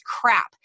crap